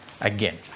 again